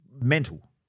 Mental